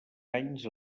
anys